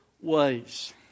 ways